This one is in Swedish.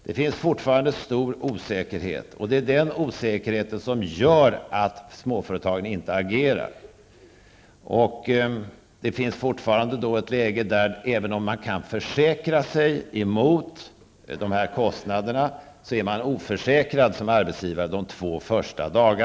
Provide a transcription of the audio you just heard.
Det råder fortfarande en stor osäkerhet, och det är den osäkerheten som gör att småföretagen inte agerar. Man befinner sig fortfarande i ett läge där man som arbetsgivare är oförsäkrad under de två första dagarna, även om man kan försäkra sig emot dessa kostnader.